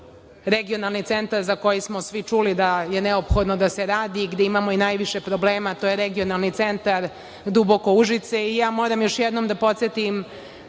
regionalni centar za koji smo svi čuli da je neophodno da se radi, gde imamo i najviše problema, a to je regionalni centar Duboko – Užice. Moram još jednom da podsetim